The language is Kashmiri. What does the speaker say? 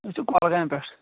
أسۍ چھِ کۅلگامہِ پیٚٹھ